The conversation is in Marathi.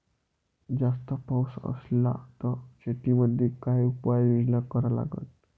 जास्त पाऊस असला त शेतीमंदी काय उपाययोजना करा लागन?